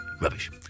Rubbish